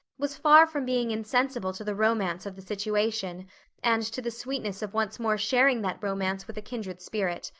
was far from being insensible to the romance of the situation and to the sweetness of once more sharing that romance with a kindred spirit.